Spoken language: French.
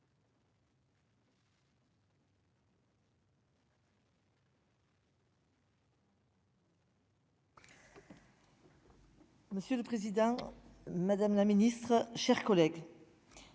Monsieur le Président, Madame la Ministre, chers collègues.